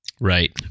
Right